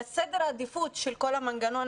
לסדר העדיפות של כל המנגנון